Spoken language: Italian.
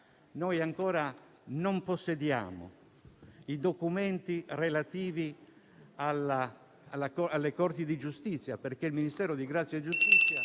Ancora non possediamo i documenti relativi alle corti di giustizia perché il Ministero della giustizia